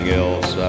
else